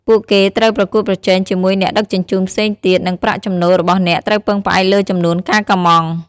ពួកគេត្រូវប្រកួតប្រជែងជាមួយអ្នកដឹកជញ្ជូនផ្សេងទៀត និងប្រាក់ចំណូលរបស់អ្នកត្រូវពឹងផ្អែកលើចំនួនការកម្ម៉ង់។